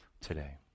today